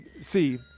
see